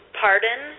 pardon